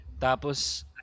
Tapos